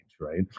right